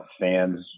Fans